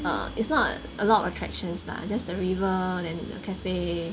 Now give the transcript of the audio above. err it's not a lot of attractions lah just the river then the cafe